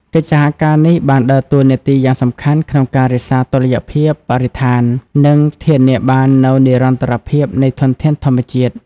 កិច្ចសហការនេះបានដើរតួនាទីយ៉ាងសំខាន់ក្នុងការរក្សាតុល្យភាពបរិស្ថាន និងធានាបាននូវនិរន្តរភាពនៃធនធានធម្មជាតិ។